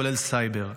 כולל סייבר.